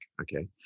okay